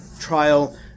trial